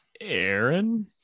Aaron